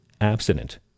abstinent